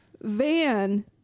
Van